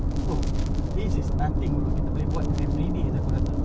bro this is nothing bro kita boleh buat everyday aku rasa